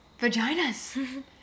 vaginas